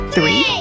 Three